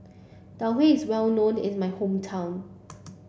Tau Huay is well known is my hometown